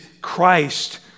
Christ